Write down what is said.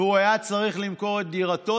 והוא היה צריך למכור את דירתו,